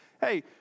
hey